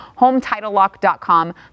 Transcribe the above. hometitlelock.com